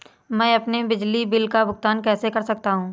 मैं अपने बिजली बिल का भुगतान कैसे कर सकता हूँ?